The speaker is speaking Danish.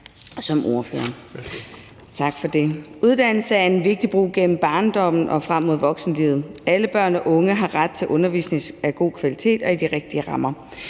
som ordfører på området. Uddannelse er en vigtig bro gennem barndommen og frem mod voksenlivet. Alle børn og unge har ret til undervisning af god kvalitet og i de rigtige rammer.